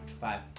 Five